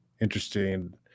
interesting